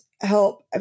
help